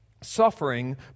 suffering